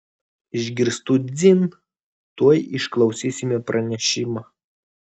išgirstu dzin tuoj išklausysime pranešimą